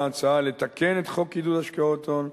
ההצעה לתקן את חוק עידוד השקעות הון,